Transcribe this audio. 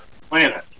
planet